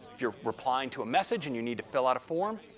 you're replying to a message and you need to fill out a form,